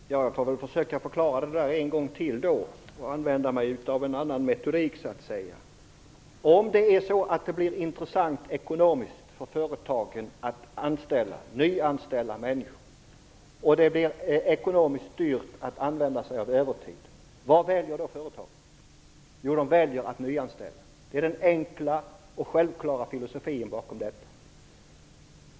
Fru talman! Då får jag väl försöka att förklara en gång till och använda mig av en annan metodik så att säga. Om det blir ekonomiskt intressant för företagen att nyanställa människor och dyrt att använda sig av övertid, vad väljer då företagen? Jo, de väljer att nyanställa. Det är den enkla och självklara filosofin bakom detta.